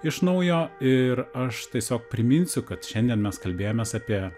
iš naujo ir aš tiesiog priminsiu kad šiandien mes kalbėjomės apie